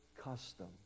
custom